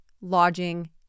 lodging